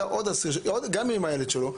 היה עוד אסיר גם עם הילד שלו.